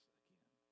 again